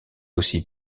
aussi